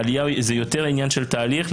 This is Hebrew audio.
העלייה זה יותר עניין של תהליך,